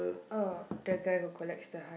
oh the guy who collects the